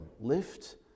lift